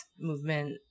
movement